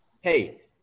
Hey